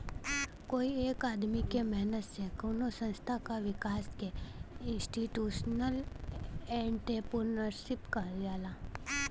कोई एक आदमी क मेहनत से कउनो संस्था क विकास के इंस्टीटूशनल एंट्रेपर्नुरशिप कहल जाला